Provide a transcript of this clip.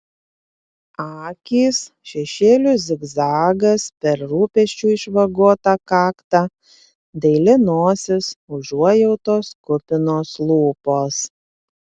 akys šešėlių zigzagas per rūpesčių išvagotą kaktą daili nosis užuojautos kupinos lūpos